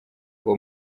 uwo